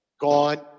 gone